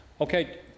Okay